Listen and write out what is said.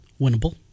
Winnable